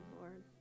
Lord